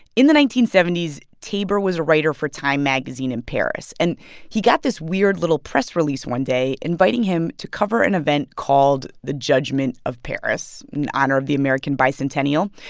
in the nineteen seventy s, taber was a writer for time magazine in paris, and he got this weird little press release one day inviting him to cover an event called the judgment of paris in honor of the american bicentennial.